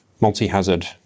multi-hazard